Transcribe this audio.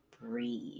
breathe